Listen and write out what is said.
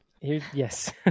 Yes